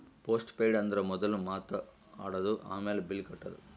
post paid ಅಂದುರ್ ಮೊದುಲ್ ಮಾತ್ ಆಡದು, ಆಮ್ಯಾಲ್ ಬಿಲ್ ಕಟ್ಟದು